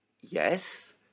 yes